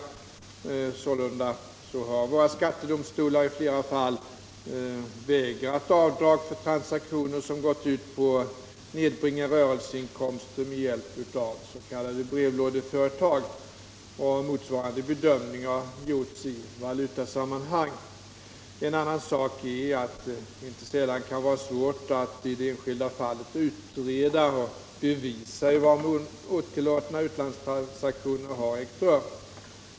Sålunda har våra skattedomstolar i flera fall vägrat avdrag för transaktioner som gått ut på att nedbringa rörelseinkomster med hjälp av s.k. brevlådeföretag. Motsvarande bedömning har gjorts i valutasammanhang. En annan sak är att det inte sällan kan vara svårt att i det enskilda fallet utreda och bevisa i vad mån otillåtna utlandstransaktioner har ägt rum.